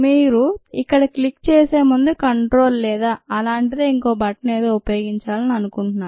మీరు ఇక్కడ క్లిక్ చేసే ముందు కంట్రోల్ లేదా అలాంటిదే ఇంకో బటన్ ఏదో ఉపయోగించాలని అనుకుంటున్నాను